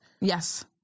Yes